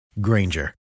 Granger